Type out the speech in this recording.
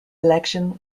election